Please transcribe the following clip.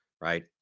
right